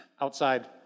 outside